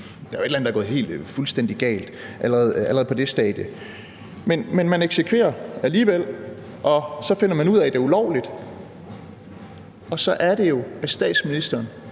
der er jo et eller andet, der er gået helt fuldstændig galt allerede på det stadie. Men man eksekverer alligevel, og så finder man ud af, at det er ulovligt, og så er det jo, at statsministeren